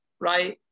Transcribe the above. right